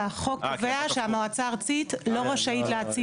החוק קובע שהמועצה הארצית לא רשאית להאציל סמכויות.